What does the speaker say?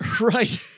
Right